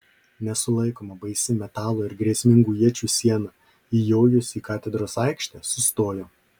nesulaikoma baisi metalo ir grėsmingų iečių siena įjojusi į katedros aikštę sustojo